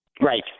Right